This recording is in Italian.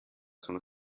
sono